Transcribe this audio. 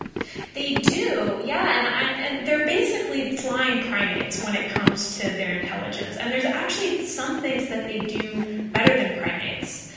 they do, yeah. and and and they're basically flying primates when it comes to their intelligence. and there's actually some things that they do better than primates.